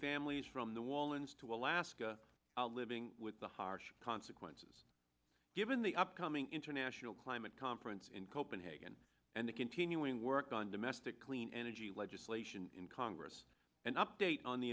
families from the wall and to alaska living with the harsh consequences given the upcoming international climate conference in copenhagen and the continuing work on domestic clean energy legislation in congress and update on the